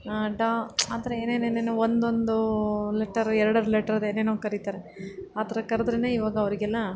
ಡ ಆ ಥರ ಏನೇನೇನೇನೊ ಒಂದೊಂದು ಲೆಟರು ಎರ್ಡೆರ್ಡು ಲೆಟರ್ದು ಏನೇನೊ ಕರೀತಾರೆ ಆ ಥರ ಕರೆದ್ರೇನೆ ಇವಾಗ ಅವರಿಗೆಲ್ಲ